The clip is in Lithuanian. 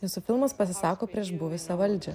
jūsų filmas pasisako prieš buvusią valdžią